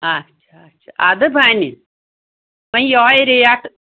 آچھا آچھا اَدٕ بَنہِ وۄنۍ یِہوٚے ریٹ